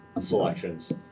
selections